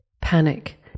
Panic